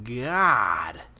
god